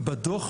התקדמות.